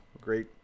great